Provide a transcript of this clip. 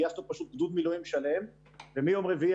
גייסנו פשוט גדוד מילואים שלם ומיום רביעי